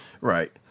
Right